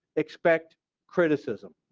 expect criticism.